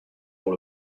pour